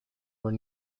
were